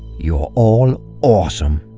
you're all awesome!